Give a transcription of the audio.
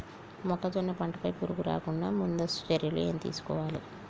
మొక్కజొన్న పంట పై పురుగు రాకుండా ముందస్తు చర్యలు ఏం తీసుకోవాలి?